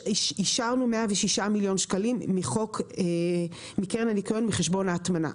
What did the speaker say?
אישרנו 106 מיליון שקלים מקרן הניקיון מחשבון ההטמנה.